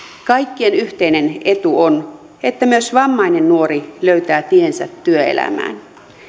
kaikkien yhteinen etu on että myös vammainen nuori löytää tiensä työelämään